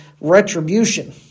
retribution